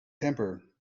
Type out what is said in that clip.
temper